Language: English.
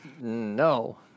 No